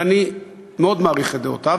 ואני מאוד מעריך את דעותיו.